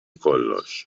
kollox